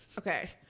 Okay